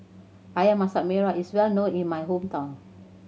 Ayam Masak Merah is well known in my hometown